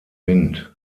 wind